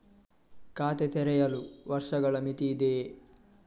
ಖಾತೆ ತೆರೆಯಲು ವರ್ಷಗಳ ಮಿತಿ ಇದೆಯೇ?